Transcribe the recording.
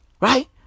Right